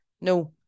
no